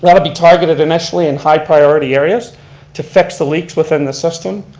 that'll be targeted initially in high priority areas to fix the leaks within the system,